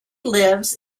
lives